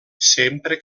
sempre